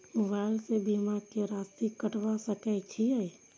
Mobile से बीमा के राशि कटवा सके छिऐ?